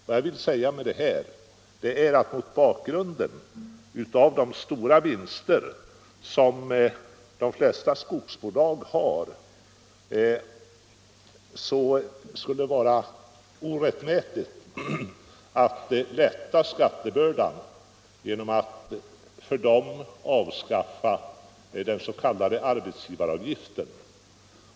Vad jag vill säga med detta är, att mot bakgrund av de stora vinster som de flesta skogsbolag redovisar skulle det vara orättmätigt att lätta skattebördan genom att för dem avskaffa arbetsgivaravgiften.